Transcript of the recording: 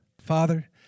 Father